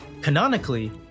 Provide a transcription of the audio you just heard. Canonically